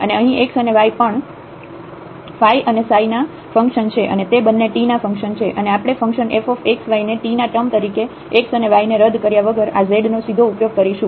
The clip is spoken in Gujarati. અને અહીં x અને y પણ ϕ અને ψ ના ફંક્શન છે અને તે બંને t ના ફંક્શન છે અને આપણે ફંક્શન f x y ને t ના ટર્મ તરીકે x અને y ને રદ કર્યા વગર આ z નો સીધો ઉપયોગ કરીશું